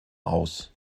aus